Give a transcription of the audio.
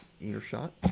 earshot